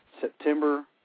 September